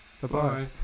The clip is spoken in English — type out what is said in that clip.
Bye-bye